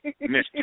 Miss